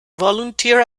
volunteer